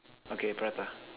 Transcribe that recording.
okay prata